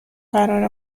قرار